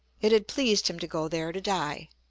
it had pleased him to go there to die,